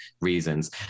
reasons